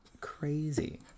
Crazy